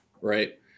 right